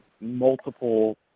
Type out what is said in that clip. multiple